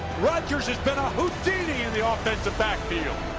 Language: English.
rodgers has been a houdini in the ah offensive backfield.